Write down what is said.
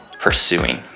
pursuing